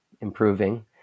improving